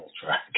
track